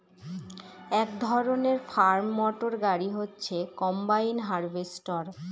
এক ধরনের farm motor গাড়ি হচ্ছে কম্বাইন হার্ভেস্টর